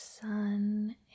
sun